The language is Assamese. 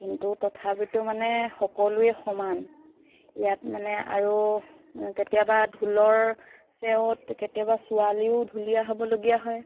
কিন্তু তথাপিতো মানে সকলোৱে সমান ইয়াত মানে আৰু কেতিয়াবা ঢোলৰ চেওত কেতিয়াবা ছোৱালীও ঢুলীয়া হ'বলগীয়া হয়